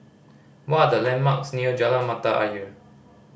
what are the landmarks near Jalan Mata Ayer